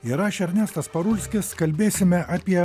ir aš ernestas parulskis kalbėsime apie